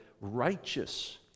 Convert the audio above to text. righteous